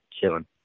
chilling